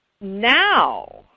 Now